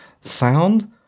sound